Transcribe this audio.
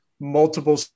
multiple